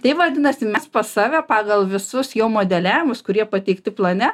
tai vadinasi mes pas save pagal visus jau modeliavimus kurie pateikti plane